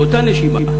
באותה נשימה,